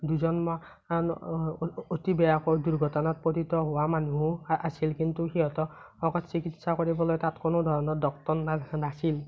দুজনমান অতি বেয়াকৈ দূৰ্ঘটনাত পতিত হোৱা মানুহো আছিল কিন্তু সিহঁতক চিকিৎসা কৰিবলৈ তাত কোনো ধৰণৰ ডক্টৰ নাৰ্চ নাছিল